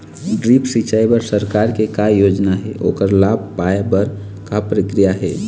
Drip सिचाई बर सरकार के का योजना हे ओकर लाभ पाय बर का प्रक्रिया हे?